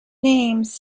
names